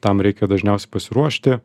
tam reikia dažniausiai pasiruošti